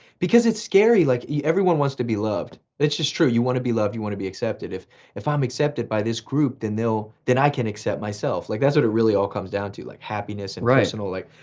because it's scary like everyone wants to be loved. it's just true, you want to be loved, you want to be accepted. if if i'm accepted by this group, then they'll, then i can accept myself. like that's what it really all comes down to, like happiness and personal and like,